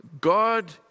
God